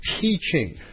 teaching